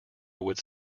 would